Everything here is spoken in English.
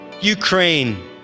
ukraine